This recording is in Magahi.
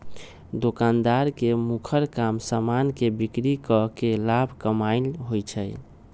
दोकानदार के मुखर काम समान के बिक्री कऽ के लाभ कमानाइ होइ छइ